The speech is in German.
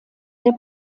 der